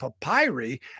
papyri